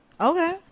Okay